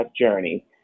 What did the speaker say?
journey